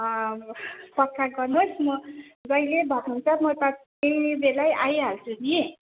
contact गर्नुहोस् म जहिल्यै भन्नुहुन्छ म त त्यही बेलै आइहाल्छु नि